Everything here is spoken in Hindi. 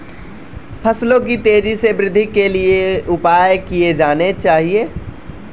फसलों की तेज़ी से वृद्धि के लिए क्या उपाय किए जाने चाहिए?